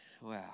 Wow